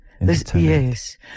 yes